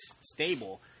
stable